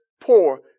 poor